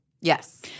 Yes